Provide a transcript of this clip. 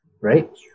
right